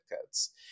codes